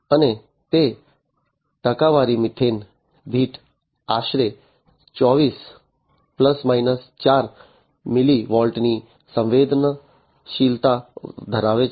અને તે ટકાવારી મિથેન દીઠ આશરે 24 ± 4 મિલી વોલ્ટની સંવેદનશીલતા ધરાવે છે